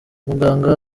umuganga